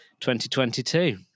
2022